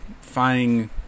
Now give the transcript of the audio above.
finding